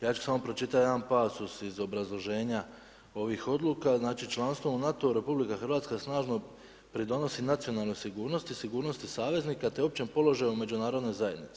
Ja ću samo pročitati jedan pasus iz obrazloženja ovih odluka, „Članstvom u NATO-u RH snažno pridonosi nacionalnoj sigurnosti, sigurnosti saveznika te općem položaju u međunarodnoj zajednici.